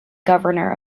governor